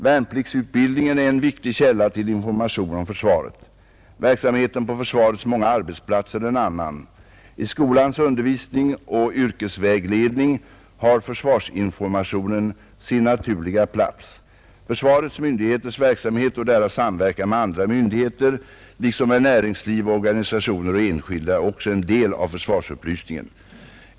Värnplikts utbildningen är en viktig källa till information om försvaret. Verksamheten på försvarets många arbetsplatser en annan. I skolans undervisning och yrkesvägledning har försvarsinformationen sin naturliga plats. Försvarets myndigheters verksamhet och deras samverkan med andra myndigheter liksom med näringsliv, organisationer och enskilda är också en del av försvarsupplysningen.